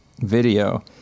video